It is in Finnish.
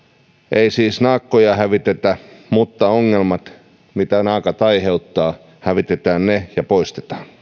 ei siis naakkoja hävitetä mutta ongelmat mitä naakat aiheuttavat hävitetään ja poistetaan